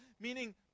meaning